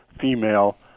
female